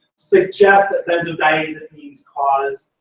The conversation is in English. suggest that benzodiazepines cause.